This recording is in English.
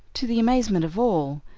to the amazement of all,